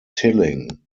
tilling